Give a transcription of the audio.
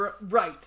Right